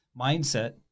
mindset